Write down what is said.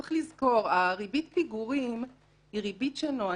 צריך לזכור שריבית הפיגורים היא ריבית שהתפקיד שלה